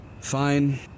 Fine